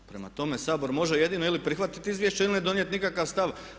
Prema tome, Sabor može jedino ili prihvatiti izvješće ili ne donijeti nikakav stav.